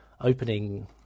opening